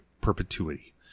perpetuity